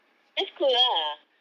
that's cool ah